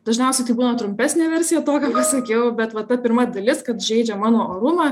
dažniausiai tai būna trumpesnė versija to ką pasakiau bet va ta pirma dalis kad žeidžia mano orumą